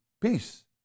peace